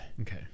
okay